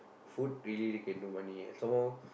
food really they can do money some more